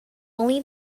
only